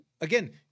again